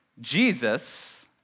Jesus